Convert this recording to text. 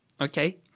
okay